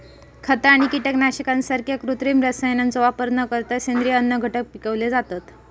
खता आणि कीटकनाशकांसारख्या कृत्रिम रसायनांचो वापर न करता सेंद्रिय अन्नघटक पिकवले जातत